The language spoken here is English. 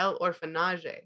Orphanage